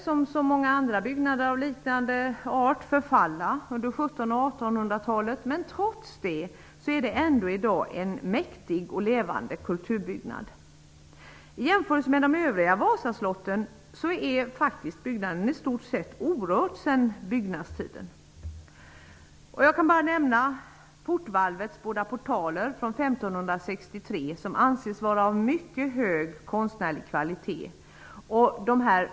Som så många andra byggnader av liknande art fick slottet förfalla under 1700 och 1800-talen. Men trots det är det ändå i dag en mäktig och levande kulturbyggnad. I jämförelse med övriga Vasaslott har byggnaden i stort sett stått orörd sedan byggnadstiden. Jag kan nämna portvalvets båda portaler från 1563, som anses vara av mycket hög konstnärlig kvalitet.